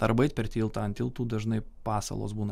arba eit per tiltą ant tiltų dažnai pasalos būna